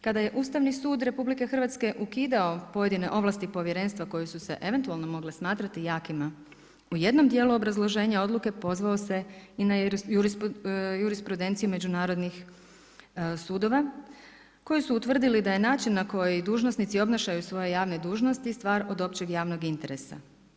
Kada je Ustavni sud RH ukidao pojedine ovlasti povjerenstva koje su se eventualno mogle smatrati jakima u jednom djelu obrazloženja odluke pozvao se i na jurisprudenciju međunarodnih sudova koji su utvrdili da je način na koji dužnosnici obnašaju svoje javne dužnosti, stvar od općeg javnog interesa.